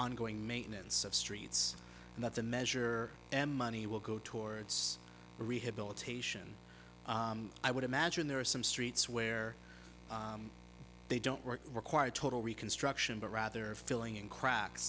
ongoing maintenance of streets and that's a measure and money will go towards rehabilitation i would imagine there are some streets where they don't work require total reconstruction but rather filling in cracks